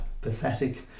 pathetic